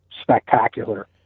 spectacular